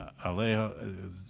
Alejo